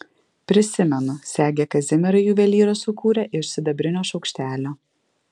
prisimenu segę kazimierai juvelyras sukūrė iš sidabrinio šaukštelio